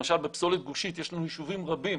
למשל בפסולת גושית יש לנו יישובים רבים,